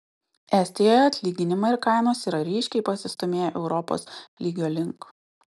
estijoje atlyginimai ir kainos yra ryškiai pasistūmėję europos lygio link